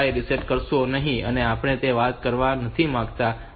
5 reset કરશો નહીં અને આપણે એ વાત કરવા નથી માંગતા કે ત્યાં 7